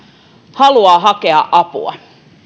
haluaa hakea apua